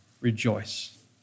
rejoice